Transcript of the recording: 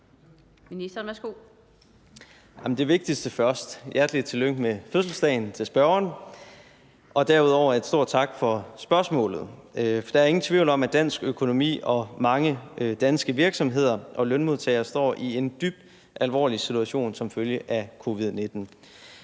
Det vigtigste først: Hjertelig tillykke med fødselsdagen til spørgeren. Derudover vil jeg sige en stor tak for spørgsmålet, for der er ingen tvivl om, at dansk økonomi og mange danske virksomheder og lønmodtagere står i en dybt alvorlig situation som følge af covid-19.